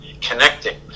connecting